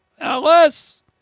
Alice